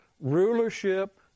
rulership